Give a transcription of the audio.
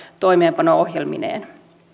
toimeenpano ohjelmineen